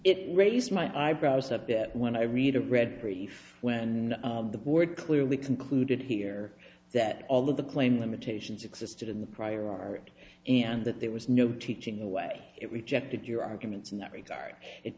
it raised my eyebrows a bit when i read a read brief when the board clearly concluded here that although the claim limitations existed in the prior art and that there was no teaching the way it rejected your arguments in that regard it